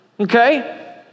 Okay